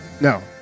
No